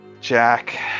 Jack